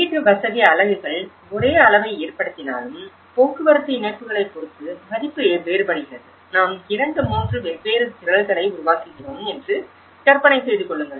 வீட்டுவசதி அலகுகள் ஒரே அளவை ஏற்படுத்தினாலும் போக்குவரத்து இணைப்புகளைப் பொறுத்து மதிப்பு வேறுபடுகிறது நாம் 2 3 வெவ்வேறு திரள்களை உருவாக்குகிறோம் என்று கற்பனை செய்து கொள்ளுங்கள்